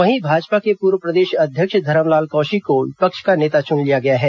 वहीं भाजपा के पूर्व प्रदेश अध्यक्ष धरमलाल कौशिक को विपक्ष का नेता चुना गया है